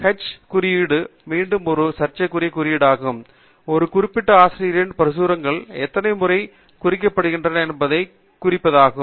H குறியீட்டு மீண்டும் ஒரு சர்ச்சைக்குரிய குறியீடாக உள்ளது ஒரு குறிப்பிட்ட ஆசிரியரின் பிரசுரங்கள் எத்தனை முறை குறிப்பிடுகின்றன என்பதை குறிப்பிடுகிறது